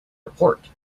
report